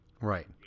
right